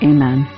Amen